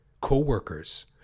co-workers